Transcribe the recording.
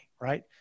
right